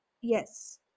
yes